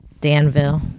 Danville